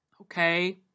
okay